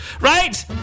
Right